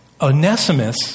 Onesimus